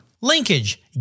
Linkage